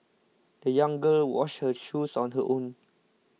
the young girl washed her shoes on her own